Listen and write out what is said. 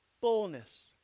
fullness